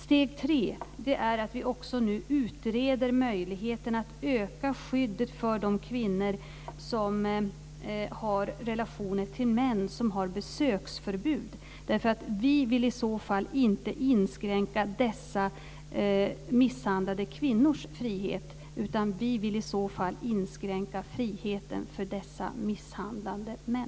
Steg 3 är att vi också nu utreder möjligheten att öka skyddet för de kvinnor som har relationer till män som har besöksförbud. Vi vill inte inskränka dessa misshandlade kvinnors frihet, utan vi vill i så fall inskränka friheten för dessa misshandlande män.